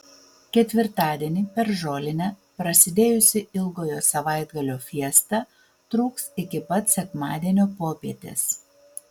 ketvirtadienį per žolinę prasidėjusi ilgojo savaitgalio fiesta truks iki pat sekmadienio popietės